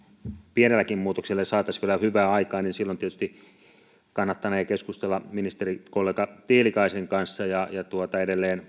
pienelläkin muutoksella saataisiin vielä hyvää aikaan niin silloin tietysti kannattanee keskustella ministerikollega tiilikaisen kanssa ja edelleen